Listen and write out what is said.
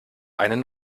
einen